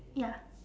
ya